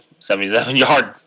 77-yard